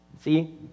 See